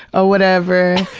ah whatever.